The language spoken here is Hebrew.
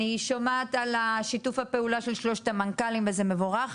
אני שומעת על שיתוף הפעולה של שלושת המנכ"לים וזה מבורך,